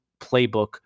playbook